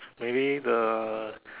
maybe the